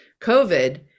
COVID